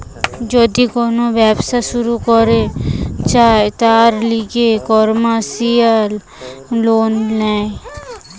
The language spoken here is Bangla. যদি কোন ব্যবসা শুরু করতে চায়, তার লিগে কমার্সিয়াল লোন ল্যায়